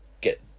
get